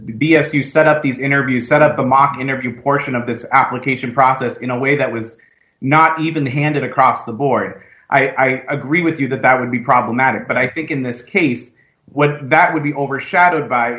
you set up these interviews set up a mock interview portion of this application process in a way that was not even handed across the board i agree with you that that would be problematic but i think in this case what that would be overshadowed by